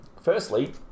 firstly